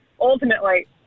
ultimately